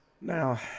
Now